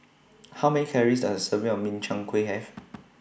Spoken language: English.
How Many Calories Does A Serving of Min Chiang Kueh Have